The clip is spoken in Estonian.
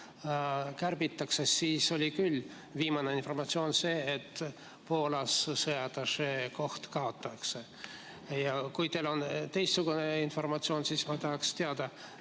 kärbitakse, oli viimane informatsioon küll see, et Poolas sõjaatašee koht kaotatakse. Kui teil on teistsugune informatsioon, siis ma tahaks teada,